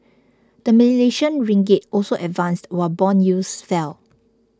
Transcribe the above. the Malaysian Ringgit also advanced while bond yields fell